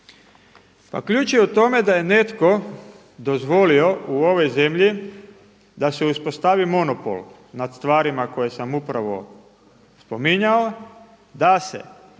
Pa ključ je u tome da je netko dozvolio u ovoj zemlji da se uspostavi monopol nad stvarima koje sam upravo spominjao, da se